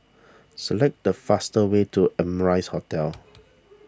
select the faster way to Amrise Hotel